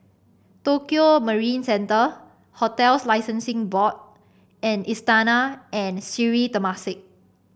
Tokio Marine Centre Hotels Licensing Board and Istana and Sri Temasek